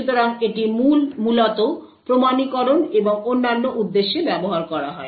সুতরাং এটি মূলত প্রমাণীকরণ এবং অন্যান্য উদ্দেশ্যে ব্যবহার করা হয়